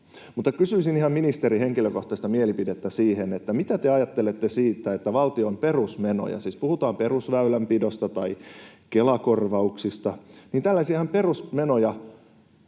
Mutta kysyisin ihan ministerin henkilökohtaista mielipidettä siihen, mitä te ajattelette siitä, että valtion perusmenoja, siis puhutaan perusväylänpidosta tai Kela-korvauksista, tällaisista